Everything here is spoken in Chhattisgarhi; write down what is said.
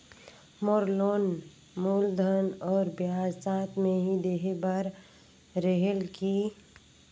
मोर लोन मूलधन और ब्याज साथ मे ही देहे बार रेहेल की?